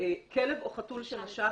כלב או חתול שנשך,